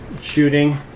Shooting